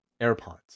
AirPods